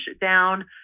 down